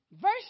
verse